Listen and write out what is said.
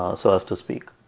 ah so as to speak.